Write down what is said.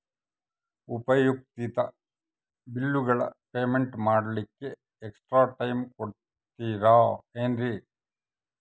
ಉಪಯುಕ್ತತೆ ಬಿಲ್ಲುಗಳ ಪೇಮೆಂಟ್ ಮಾಡ್ಲಿಕ್ಕೆ ಎಕ್ಸ್ಟ್ರಾ ಟೈಮ್ ಕೊಡ್ತೇರಾ ಏನ್ರಿ?